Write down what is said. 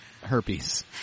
herpes